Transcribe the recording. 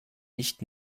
nicht